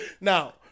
Now